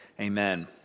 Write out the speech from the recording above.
Amen